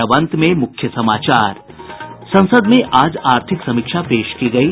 और अब अंत में मुख्य समाचार संसद में आज आर्थिक समीक्षा पेश की गयी